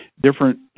different